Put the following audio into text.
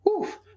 Oof